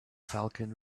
falcon